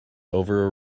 over